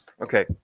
Okay